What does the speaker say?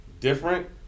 different